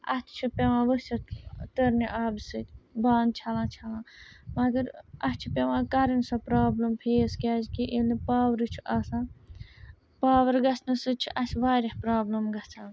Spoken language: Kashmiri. اَتھٕ چھِ پٮ۪وان ؤسِتھ تٔرنہِ آبہٕ سۭتۍ بانہٕ چھَلان چھَلان مگر اَسہِ چھِ پٮ۪وان کَرٕنۍ سۄ پرٛابلِم فیس کیٛازِکہِ ییٚلہِ نہٕ پاورٕے چھُ آسان پاوَر گَژھنہٕ سۭتۍ چھِ اَسہِ واریاہ پرٛابلِم گَژھان